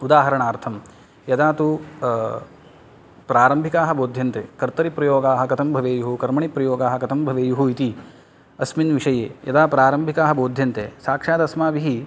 उदाहरणार्थं यदा तु प्रारम्भिकाः बोध्यन्ते कर्तरिप्रयोगाः कथं भवेयुः कर्मणिप्रयोगाः कथं भवेयुः इति अस्मिन् विषये यदा प्रारम्भिकाः बोध्यन्ते साक्षात् अस्माभिः